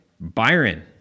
Byron